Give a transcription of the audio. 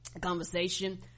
conversation